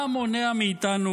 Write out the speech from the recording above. מה מונע מאיתנו